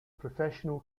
professional